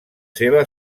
seva